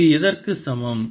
இது எதற்கு சமம்